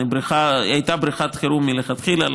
היא הייתה בריכת חירום מלכתחילה,